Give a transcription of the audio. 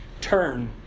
Turn